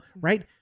right